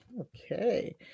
Okay